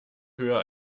höher